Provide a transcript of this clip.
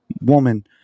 woman